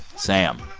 sam.